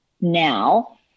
now